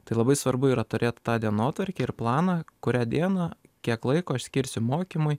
tai labai svarbu yra turėt tą dienotvarkę ir planą kurią dieną kiek laiko aš skirsiu mokymui